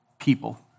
people